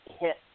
hit